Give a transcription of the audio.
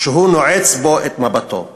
שהוא נועץ בו את מבטו.